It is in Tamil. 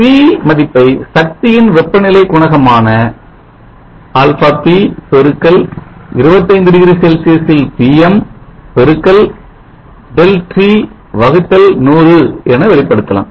ΔP மதிப்பை சக்தியின் வெப்பநிலை குணகமான αp x 25 டிகிரி செல்சியஸில் Pm பெருக்கல் ΔT வகுத்தல் 100 என வெளிப்படுத்தலாம்